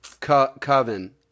Coven